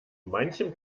manchem